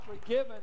forgiven